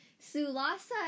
Sulasa